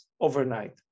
overnight